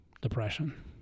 depression